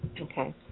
okay